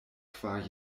kvar